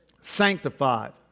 Sanctified